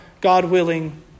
God-willing